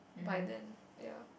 by then ya